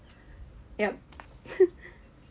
ya